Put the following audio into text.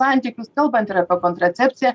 santykius kalbant ir apie kontracepciją